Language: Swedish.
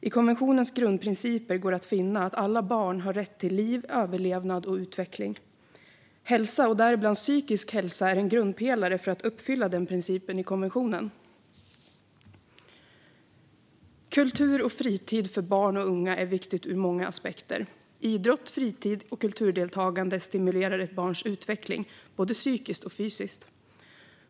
I konventionens grundprinciper står det att finna att alla barn har rätt till liv, överlevnad och utveckling. Hälsa och däribland psykisk hälsa är en grundpelare för att uppfylla den principen i konventionen. Kultur och fritid för barn och unga är viktigt ur många aspekter. Idrott, fritid och kulturdeltagande stimulerar ett barns utveckling, både psykiskt och fysiskt.